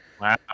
Wow